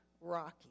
Rocky